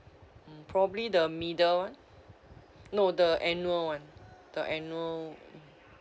hmm probably the middle [one] no the annual [one] the annual